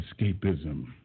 escapism